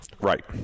Right